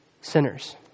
sinners